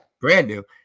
Brand-new